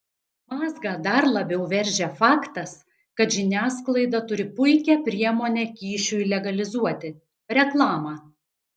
mazgą dar labiau veržia faktas kad žiniasklaida turi puikią priemonę kyšiui legalizuoti reklamą